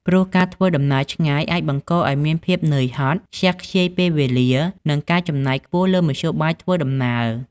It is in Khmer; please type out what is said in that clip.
ព្រោះការធ្វើដំណើរឆ្ងាយអាចបង្កឱ្យមានភាពនឿយហត់ ខ្ជះខ្ជាយពេលវេលា និងការចំណាយខ្ពស់លើមធ្យោបាយធ្វើដំណើរ។